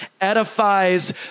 edifies